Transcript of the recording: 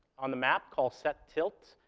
on the map, call set tilt,